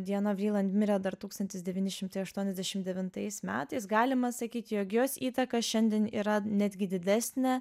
diana vryland mirė dar tūkstantis devyni šimtai aštuoniasdešimt devintaisiais metais galima sakyt jog jos įtaka šiandien yra netgi didesnė